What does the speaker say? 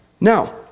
Now